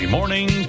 Morning